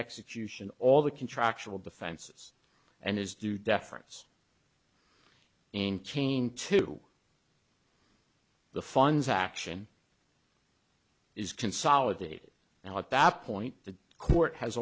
execution all the contractual defenses and his due deference in kane to the funds action is consolidated now at that point the court has